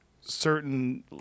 certain